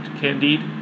Candide